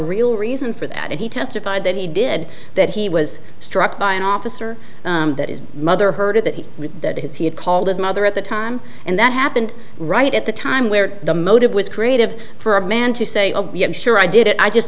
real reason for that he testified that he did that he was struck by an officer that is mother heard that he was that his he had called his mother at the time and that happened right at the time where the motive was creative for a man to say oh yeah sure i did it i just